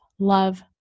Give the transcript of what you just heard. Love